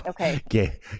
Okay